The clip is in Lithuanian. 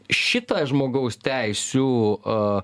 šitą žmogaus teisių a